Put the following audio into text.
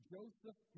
Joseph